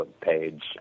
page